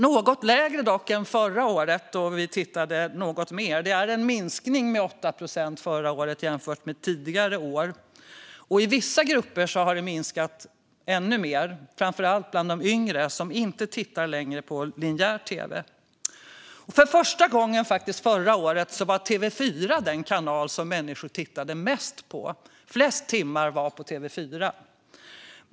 Det är dock något lägre än året dessförinnan, då vi tittade lite mer; förra året hade en minskning med 8 procent skett jämfört med tidigare år. I vissa grupper har det minskat ännu mer, framför allt bland de yngre, som inte längre tittar på linjär tv. Förra året var faktiskt TV4 för första gången den kanal som människor tittade mest på. Flest timmar tittades på TV4.